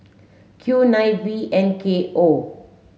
Q nine V N K O